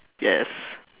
yes